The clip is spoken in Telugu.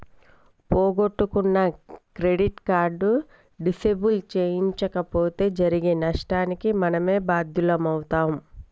పోగొట్టుకున్న క్రెడిట్ కార్డు డిసేబుల్ చేయించకపోతే జరిగే నష్టానికి మనమే బాధ్యులమవుతం